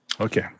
okay